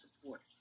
support